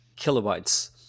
kilobytes